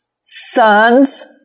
sons